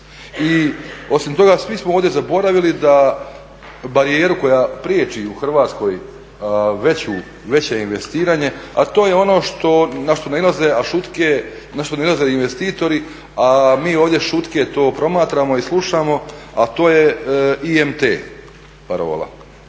I osim toga svi smo ovdje zaboravili da barijeru koja priječi u Hrvatskoj veće investiranje, a to je ono na što nailaze, a šutke na što nailaze investitori, a mi ovdje to šutke promatramo i slušamo, a to je IMT parola,